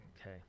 Okay